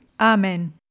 Amen